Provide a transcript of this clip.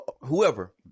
whoever